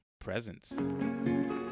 presents